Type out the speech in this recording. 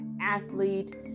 athlete